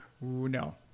No